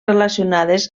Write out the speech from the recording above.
relacionades